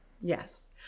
Yes